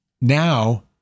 now